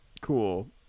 Cool